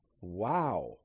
Wow